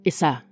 Isa